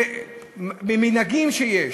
זה במנהגים שיש,